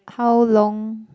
how long